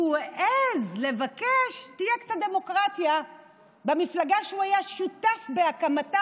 כי הוא העז לבקש שתהיה קצת דמוקרטיה במפלגה שהוא היה שותף בהקמתה,